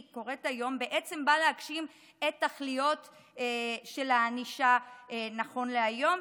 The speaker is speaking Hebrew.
קורית היום באה להגשים את התכליות של הענישה נכון להיום,